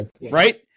right